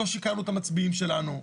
לא שיקרנו את המצביעים שלנו.